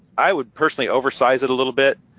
i would personally oversize it a little bit.